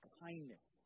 kindness